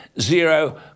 zero